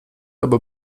aber